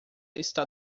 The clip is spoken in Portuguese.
está